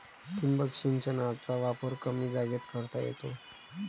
ठिबक सिंचनाचा वापर कमी जागेत करता येतो